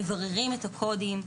מבררים את הקודים,